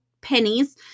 pennies